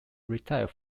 retire